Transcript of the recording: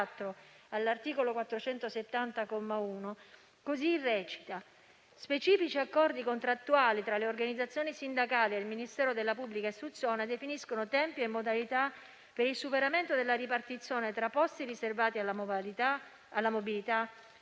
all'art. 470, comma 1, così recita "specifici accordi contrattuali tra le organizzazioni sindacali ed il Ministero della pubblica istruzione definiscono tempi e modalità (...) per il superamento della ripartizione tra posti riservati alla mobilità